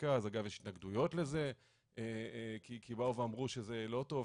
מרכז ויש התנגדויות לזה כי באו ואמרו שזה לא טוב,